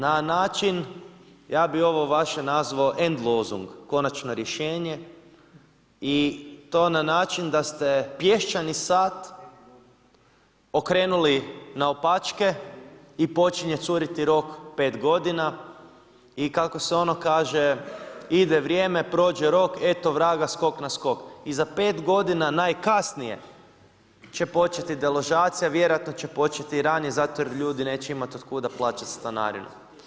Na način ja bi ovo vaše nazvao … konačno rješenje i to na način da ste pješčani sat okrenuli naopačke i počinje curiti rok 5 godina i kako se ono kaže, „Ide vrijeme prođe rok, eto vraga skok na skok“ i za 5 godina najkasnije će početi deložacije, vjerojatno će početi i ranije zato jer ljudi neće imati otkuda plaćati stanarinu.